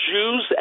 Jews